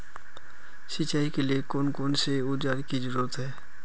सिंचाई के लिए कौन कौन से औजार की जरूरत है?